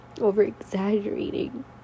over-exaggerating